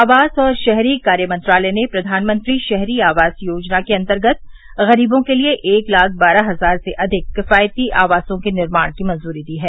आवास और शहरी कार्य मंत्रालय ने प्रधानमंत्री शहरी आवास योजना के अंतर्गत गरीबों के लिए एक लाख बारह हजार से अधिक किफायती आवासों के निर्माण की मंजूरी दी है